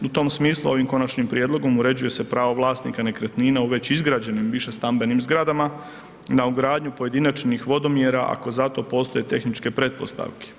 U tom smislu ovim konačnim prijedlogom uređuje se prava vlasnika nekretnine u već izgrađenim više stambenim zgradama na ugradnju pojedinačnih vodomjera ako za to postoje tehničke pretpostavke.